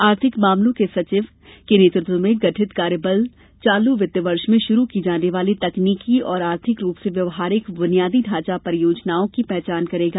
आर्थिक मामलों के सचिव के नेतृत्व में गठित कार्यबल चालू वित्त वर्ष में शुरू की जाने वाली तकनीकी और आर्थिक रूप से व्यवहारिक बुनियादी ढांचा परियोजनाओं की पहचान करेगा